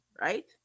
right